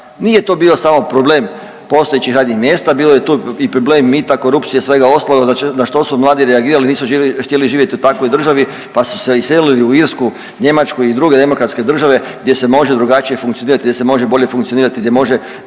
Nije to bio samo problem postojećih radnih mjesta. Bilo je tu i problem mita, korupcije i svega ostaloga na što su mladi reagirali. Nisu htjeli živjeti u takvoj državi, pa su se iselili u Irsku, Njemačku i druge demokratske države gdje se može drugačije funkcionirati, gdje se može bolje funkcionirati, gdje imaju